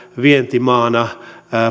vientimaana